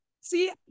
see